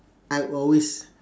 I always